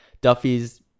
Duffy's